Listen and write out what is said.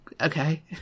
Okay